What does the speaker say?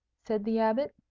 said the abbot.